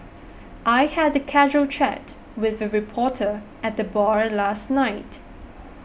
I had a casual chat with a reporter at the bar last night